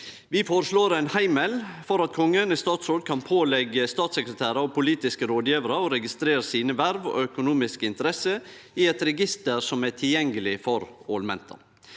Vi føreslår ein heimel for at Kongen i statsråd kan påleggje statssekretærar og politiske rådgjevarar å registrere sine verv og økonomiske interesser i eit register som er tilgjengeleg for ålmenta.